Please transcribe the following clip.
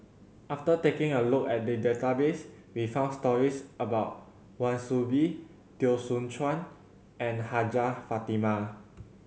after taking a look at the database we found stories about Wan Soon Bee Teo Soon Chuan and Hajjah Fatimah